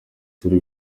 turi